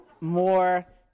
more